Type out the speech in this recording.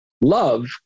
Love